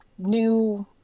new